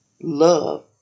love